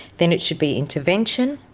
then it should be intervention.